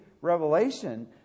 Revelation